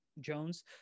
jones